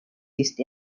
used